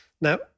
Now